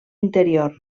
interior